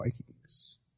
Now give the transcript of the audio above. Vikings